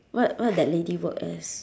what what that lady work as